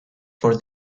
for